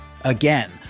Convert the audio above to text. Again